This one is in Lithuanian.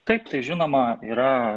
taip tai žinoma yra